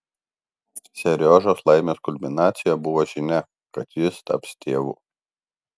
seriožos laimės kulminacija buvo žinia kad jis taps tėvu